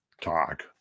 talk